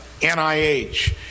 NIH